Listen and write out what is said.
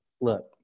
Look